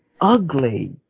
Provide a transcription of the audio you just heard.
ugly